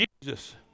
Jesus